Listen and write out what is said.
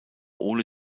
ohne